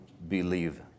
believe